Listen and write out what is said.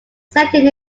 second